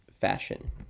fashion